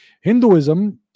Hinduism